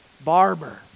Barber